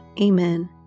Amen